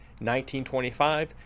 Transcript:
1925